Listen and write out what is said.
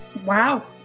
wow